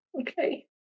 Okay